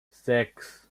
sechs